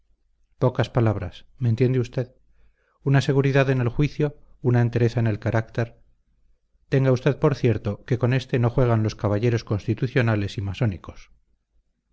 pocas palabras me entiende usted una seguridad en el juicio una entereza en el carácter tenga usted por cierto que con ése no juegan los caballeros constitucionales y masónicos